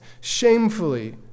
shamefully